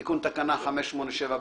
את תיקון תקנה 585ב11,